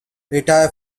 retire